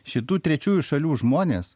šitų trečiųjų šalių žmonės